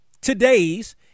today's